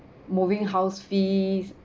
moving house fees